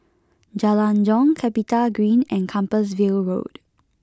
Jalan Jong CapitaGreen and Compassvale Road